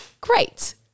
great